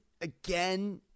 again